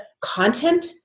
content